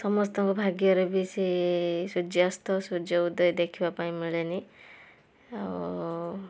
ସମସ୍ତଙ୍କ ଭାଗ୍ୟରେ ବି ସେ ସୂର୍ଯ୍ୟାସ୍ତ ସୂର୍ଯ୍ୟଉଦୟ ଦେଖିବାପାଇଁ ମିଳେନି ଆଉ